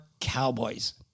cowboys